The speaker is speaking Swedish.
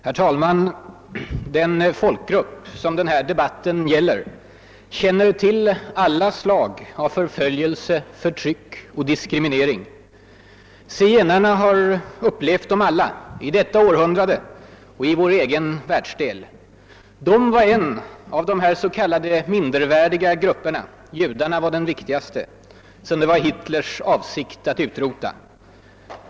Herr talman! Den folkgrupp som den här debatten gäller känner till alla slag av förföljelse, förtryck och diskriminering. Zigenarna har upplevt dem alla i detta århundrade och i vår egen världsdel. De var en av de s.k. mindervärdiga grupperna — judarna var den viktigaste — som det var Hitlers avsikt att utrota.